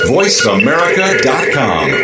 VoiceAmerica.com